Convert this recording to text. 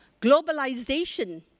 globalization